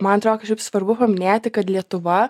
man atrodo kažkaip svarbu paminėti kad lietuva